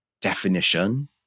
definition